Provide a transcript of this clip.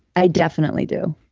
i definitely do.